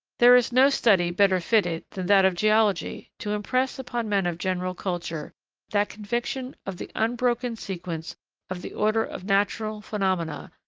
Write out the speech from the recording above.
there is no study better fitted than that of geology to impress upon men of general culture that conviction of the unbroken sequence of the order of natural phenomena,